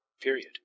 period